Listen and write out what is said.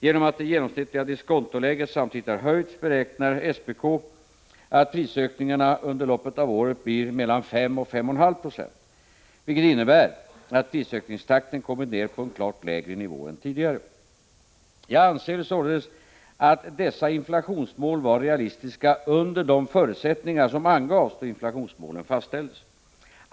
Genom att det genomsnittliga diskontoläget samtidigt har höjts beräknar SPK att prisökningarna under loppet av året blir 5-5,5 96, vilket innebär att prisökningstakten kommit ner på en klart lägre nivå än tidigare. Jag anser således att dessa inflationsmål var realistiska under de förutsättningar som angavs då inflationsmålen fastställdes.